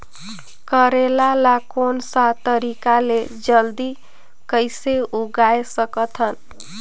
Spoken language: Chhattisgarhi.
करेला ला कोन सा तरीका ले जल्दी कइसे उगाय सकथन?